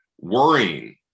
worrying